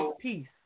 peace